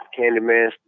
Candyman